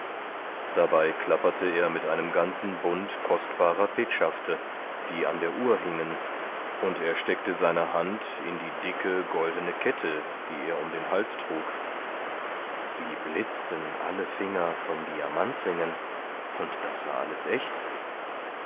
dabei klapperte er mit einem ganzen bund kostbarer petschafte die an der uhr hingen und er steckte seine hand in die dicke goldene kette die er um den hals trug wie blitzten alle finger von diamantringen und das war alles echt